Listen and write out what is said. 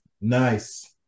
Nice